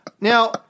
Now